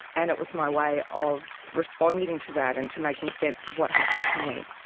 and it was my way of responding to that and to making sense of what happened to me,